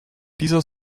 dieser